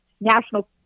national